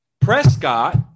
Prescott